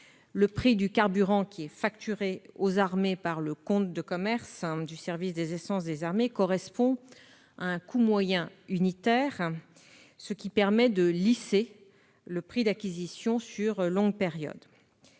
le prix du carburant qui est facturé aux armées par le compte de commerce du service des essences des armées, ou SEA, correspond à un coût moyen unitaire, ce qui permet de lisser le prix d'acquisition sur une longue période.